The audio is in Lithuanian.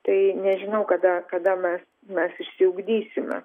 tai nežinau kada kada mes mes išsiugdysime